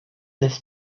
this